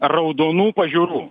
raudonų pažiūrų